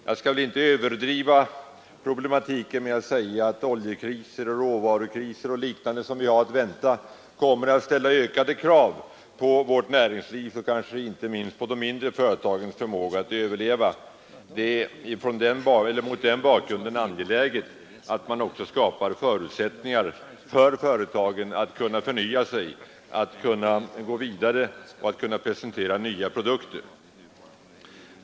Jag skall inte överdriva problemet genom att säga att oljekriser, råvarukriser och liknande som vi har att vänta kommer att ställa ökade krav på näringslivet och kanske inte minst på de mindre företagen och göra det svårt för dessa att överleva. Det är mot den bakgrunden angeläget att man också skapar förutsättningar för företagen att förnya sig, gå vidare och presentera nya produkter.